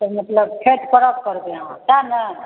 तऽ मतलब छठि परब करबै अहाँ सएह ने